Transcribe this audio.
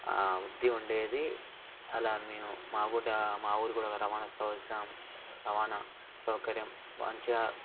ఆ బుద్ధి ఉండేది అలా మేము మాకు కూడా మా ఊరు కూడా రవాణా సౌ స సమస్య రవాణా సౌకర్యం మంచిగా